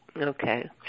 Okay